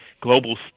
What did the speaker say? global